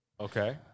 Okay